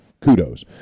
kudos